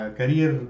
career